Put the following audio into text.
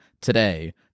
today